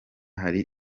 hari